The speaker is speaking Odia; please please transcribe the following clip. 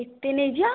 ଏତେ ନେଇଯିବା